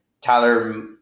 Tyler